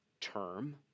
term